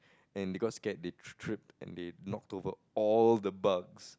and because scared they tripped and they knocked over all the bugs